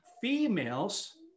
females